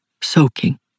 soaking